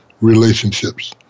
relationships